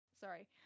sorry